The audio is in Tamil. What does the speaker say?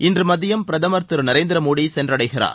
இன்று மதியம் பிரதமர் திரு நரேந்திர மோடி சென்றடைகிறார்